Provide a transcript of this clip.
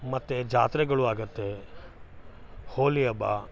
ಮತ್ತು ಜಾತ್ರೆಗಳು ಆಗುತ್ತೆ ಹೋಲಿ ಹಬ್ಬ